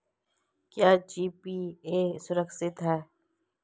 क्या जी.पी.ए सुरक्षित है?